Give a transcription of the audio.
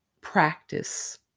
practice